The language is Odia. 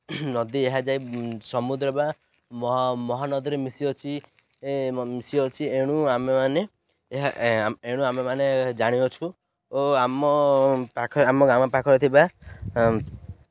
ନଦୀ ଏହା ଯାଇ ସମୁଦ୍ର ବା ମହାନଦୀରେ ମିଶିଅଛି ମିଶିଅଛି ଏଣୁ ଆମେମାନେ ଏହା ଏଣୁ ଆମେମାନେ ଜାଣିଅଛୁ ଓ ଆମ ପାଖ ଆମ ଗ୍ରାମ ପାଖରେ ଥିବା